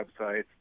website